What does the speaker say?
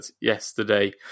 yesterday